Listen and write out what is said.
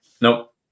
Nope